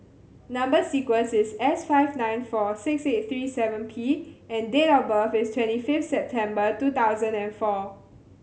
number sequence is S five nine four six eight three seven P and date of birth is twenty fifth September two thousand and four